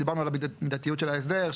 דיברנו על המידתיות של ההסדר.